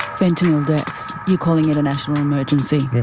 fentanyl deaths. you're calling it a national emergency?